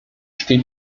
steht